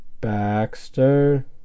Baxter